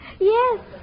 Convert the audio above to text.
Yes